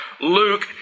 Luke